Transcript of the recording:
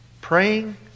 praying